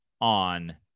on